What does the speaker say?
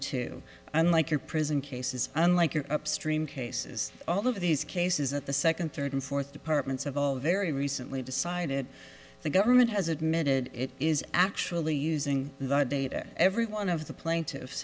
two unlike your prison case is unlike your upstream cases all of these cases that the second third and fourth departments of all very recently decided the government has admitted it is actually using the data every one of the plaintiffs